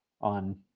on